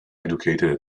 educated